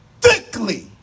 Thickly